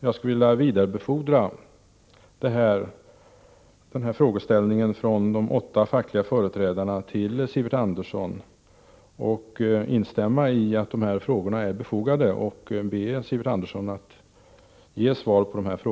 Jag skulle vilja vidarebefordra dessa frågor från de åtta fackliga företrädarna till Sivert Andersson och instämma i att frågorna är befogade samt be Sivert Andersson att ge svar på dem.